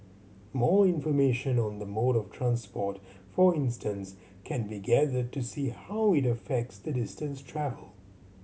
more information on the mode of transport for instance can be gathered to see how it affects the distance travelled